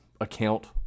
account